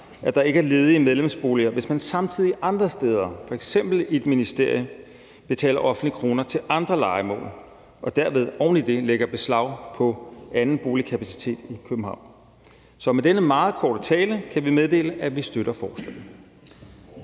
at der ikke er ledige medlemsboliger, hvis man samtidig andre steder, f.eks. i et ministerie, betaler offentlige kroner til andre lejemål og derved oveni det lægger beslag på anden boligkapacitet i København. Så med denne meget korte tale kan vi meddele, at vi støtter forslaget.